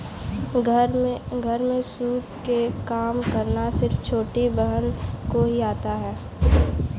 घर में सूप से काम करना सिर्फ छोटी बहन को ही आता है